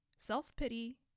self-pity